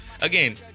Again